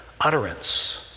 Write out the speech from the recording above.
utterance